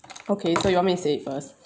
okay so you want me to say it first